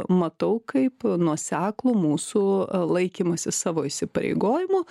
matau kaip nuoseklų mūsų laikymąsi savo įsipareigojimų